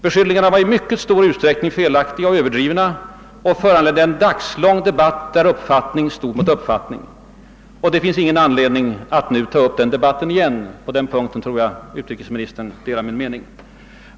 Beskyllningarna var i mycket stor utsträckning felaktiga och överdrivna, och de föranledde en dagslång debatt, där uppfattning stod mot uppfattning. Det finns ingen anledning att nu ta upp den debatten igen — på den punkten tror jag att utrikesministern delar min mening.